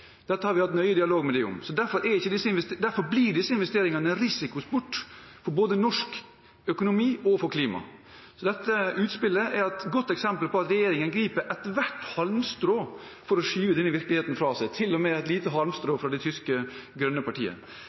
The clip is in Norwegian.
Dette har vi hatt mye dialog med dem om. Derfor blir disse investeringene en risikosport både for norsk økonomi og for klimaet. Dette utspillet er et godt eksempel på at regjeringen griper ethvert halmstrå for å skyve denne virkeligheten fra seg, til og med et lite halmstrå fra det tyske grønne partiet.